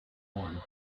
one